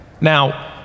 Now